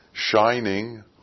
shining